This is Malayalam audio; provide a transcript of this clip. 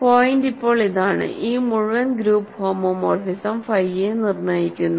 പോയിന്റ് ഇപ്പോൾ ഇതാണ് എ മുഴുവൻ ഗ്രൂപ്പ് ഹോമോമോർഫിസം ഫൈയെ നിർണ്ണയിക്കുന്നു